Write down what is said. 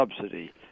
subsidy